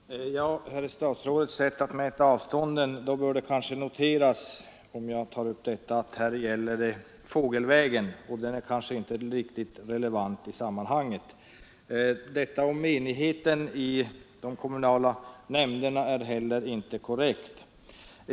Herr talman! Vad beträffar herr statsrådets sätt att mäta avstånden bör kanske noteras att hans uppgift gäller fågelvägen, och den är väl inte riktigt relevant i sammanhanget. Vad utbildningsministern sade om enigheten i de kommunala nämnderna är heller inte korrekt.